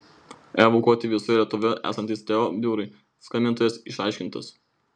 evakuoti visoje lietuvoje esantys teo biurai skambintojas išaiškintas